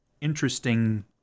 interesting